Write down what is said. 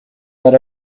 that